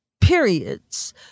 periods